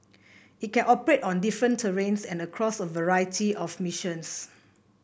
it can operate on different terrains and across a variety of missions